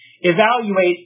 evaluate